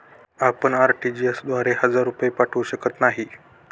आपण आर.टी.जी.एस द्वारे हजार रुपये पाठवू शकत नाही